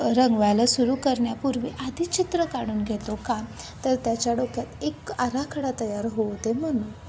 रंगवायला सुरू करण्यापूर्वी आधी चित्र काढून घेतो का तर त्याच्या डोक्यात एक आराखडा तयार होते म्हणून